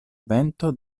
evento